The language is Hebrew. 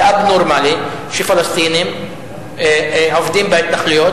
זה לא נורמלי שפלסטינים עובדים בהתנחלויות.